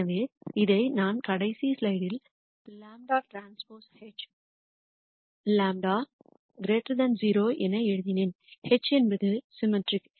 எனவே இதை நான் கடைசி ஸ்லைடில் δT H δ 0 என எழுதினேன் H என்பது சிமிட்ரிக்